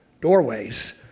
doorways